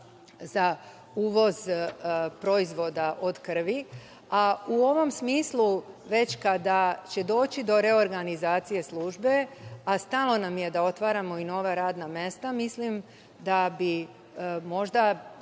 za uvoz proizvoda od krvi.U ovom smislu, već kada će doći do reorganizacije službe, a stalo nam je da otvaramo i nova radna mesta, mislim da bi možda